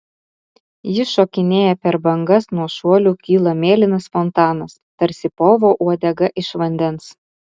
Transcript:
ji šokinėja per bangas nuo šuolių kyla mėlynas fontanas tarsi povo uodega iš vandens